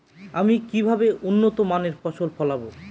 আমি কিভাবে উন্নত মানের ফসল ফলাবো?